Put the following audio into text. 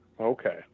Okay